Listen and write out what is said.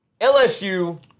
LSU